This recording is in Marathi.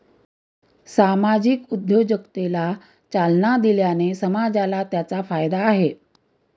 सामाजिक उद्योजकतेला चालना दिल्याने समाजाला त्याचा फायदा आहे